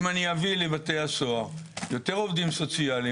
אם אני אביא לבתי הסוהר יותר עובדים סוציאליים,